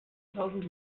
tausend